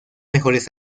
mejores